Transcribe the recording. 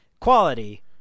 quality